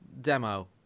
demo